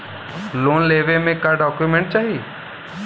Loan लेवे मे का डॉक्यूमेंट चाही?